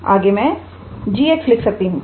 आगे में g लिख सकती हूं